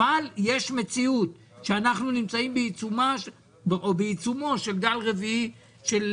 אבל יש מציאות שאנחנו נמצאים בעיצומו של גל רביעי של